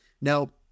Now